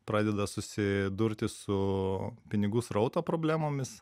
pradeda susidurti su pinigų srauto problemomis